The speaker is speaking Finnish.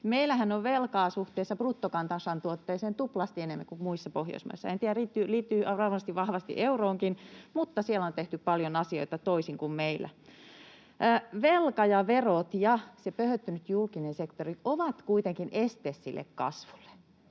Meillähän on velkaa suhteessa bruttokansantuotteeseen tuplasti enemmän kuin muissa Pohjoismaissa. Liittyy varmasti vahvasti euroonkin, mutta siellä on tehty paljon asioita toisin kuin meillä. Velka ja verot ja se pöhöttynyt julkinen sektori ovat kuitenkin este sille kasvulle,